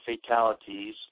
fatalities